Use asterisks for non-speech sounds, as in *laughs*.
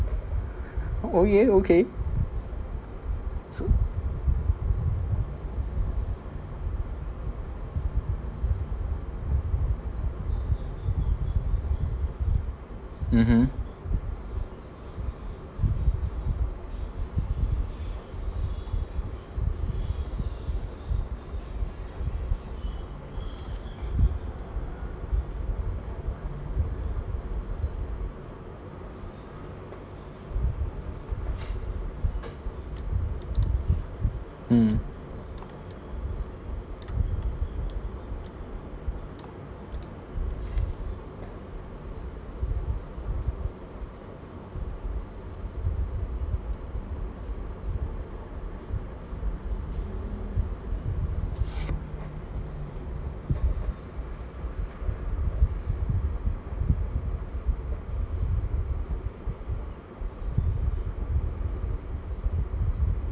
*laughs* oh yeah okay so mmhmm mm